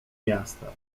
miasta